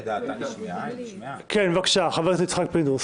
תהלה פרידמן